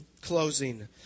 closing